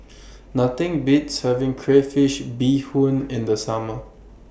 Nothing Beats having Crayfish Beehoon in The Summer